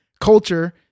culture